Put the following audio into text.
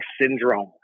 syndrome